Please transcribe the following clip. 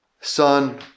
Son